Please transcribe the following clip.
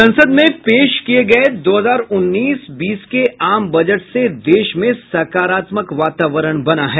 संसद में पेश किये गये दो हजार उन्नीस बीस के आम बजट से देश में सकारात्मक वातावरण बना है